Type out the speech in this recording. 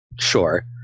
sure